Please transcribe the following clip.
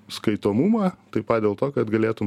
skaitomumą taip pat dėl to kad galėtum